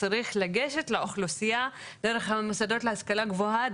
צריך לגשת לאוכלוסייה דרך המוסדות להשכלה גבוהה,